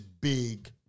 big